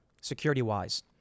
security-wise